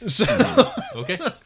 Okay